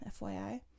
FYI